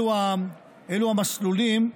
אלו המסלולים,